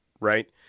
Right